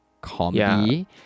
comedy